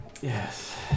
Yes